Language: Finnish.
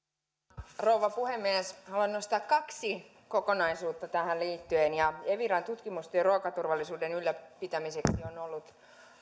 arvoisa rouva puhemies haluan nostaa kaksi kokonaisuutta tähän liittyen eviran tutkimustyö ruokaturvallisuuden ylläpitämiseksi on ollut